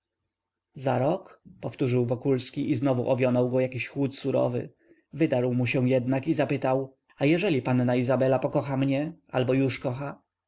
za rok powtórzył wokulski i znowu owionął go jakiś chłód surowy wydarł mu się jednak i zapytał a jeżeli panna izabela pokocha mnie albo już kocha